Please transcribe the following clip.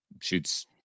shoots